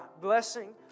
Blessing